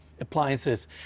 appliances